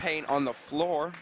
paint on the floor